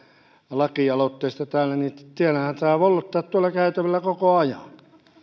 lakialoitteesta täällä niin siellähän saa vollottaa tuolla käytävillä koko ajan